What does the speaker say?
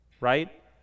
right